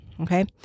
Okay